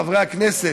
חברי הכנסת,